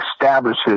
establishes